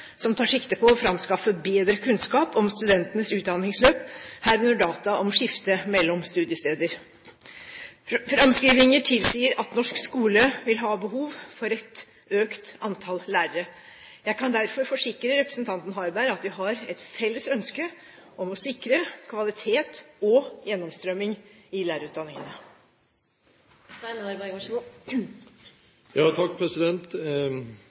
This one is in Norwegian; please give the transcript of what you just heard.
som tar sikte på å framskaffe bedre kunnskap om studentenes utdanningsløp, herunder data om skifte mellom studiesteder. Framskrivinger tilsier at norsk skole vil ha behov for et økt antall lærere. Jeg kan derfor forsikre representanten Harberg om at vi har et felles ønske om å sikre kvalitet og gjennomstrømming i